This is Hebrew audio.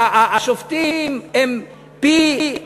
שהשופטים הם פי,